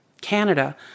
Canada